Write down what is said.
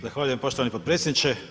Zahvaljujem poštovani podpredsjedniče.